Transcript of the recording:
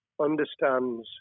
understands